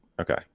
Okay